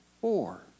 four